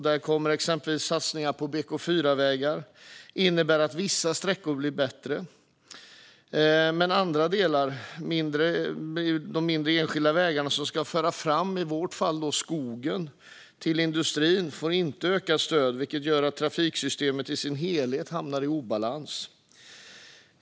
Där kommer exempelvis satsningar på BK4-vägar att innebära att vissa sträckor blir bättre. Men andra delar, de mindre, enskilda vägarna där i vårt fall skogen ska föras fram till industrin, får inte ökat stöd, vilket gör att trafiksystemet som helhet hamnar i obalans.